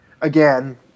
Again